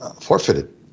forfeited